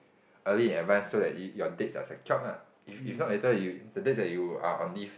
early in advance so that your your dates are secured lah if if not later you the dates that you're on leave